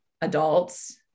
adults